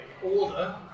order